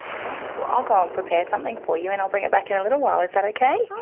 great, well, i'll go and prepare something for you and i'll bring it back in a little while, is that okay?